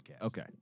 Okay